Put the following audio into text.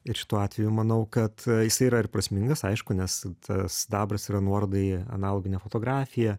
ir šituo atveju manau kad jisai yra ir prasmingas aišku nes tas sidabras yra nuoroda į analoginę fotografiją